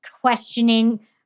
questioning